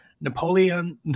Napoleon